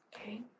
Okay